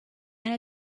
and